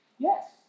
Yes